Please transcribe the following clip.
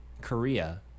Korea